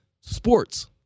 sports